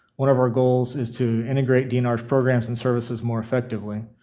one of our goals is to integrate dnr's programs and services more effectively,